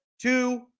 Two